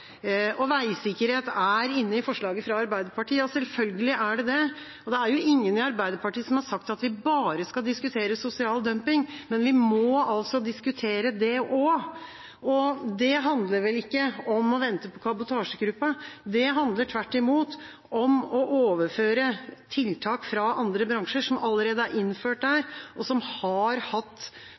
Og veisikkerhet er inne i forslaget fra Arbeiderpartiet, selvfølgelig er det det. Det er ingen i Arbeiderpartiet som har sagt at vi bare skal diskutere sosial dumping, men vi må diskutere det også. Og det handler ikke om å vente på kabotasjegruppen, det handler tvert imot om å overføre tiltak fra andre bransjer som allerede er innført der, og som har hatt